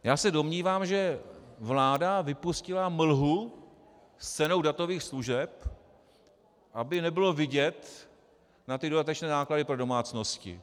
Já se domnívám, že vláda vypustila mlhu s cenou datových služeb, aby nebylo vidět na ty dodatečné náklady pro domácnosti.